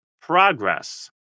progress